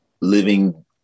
living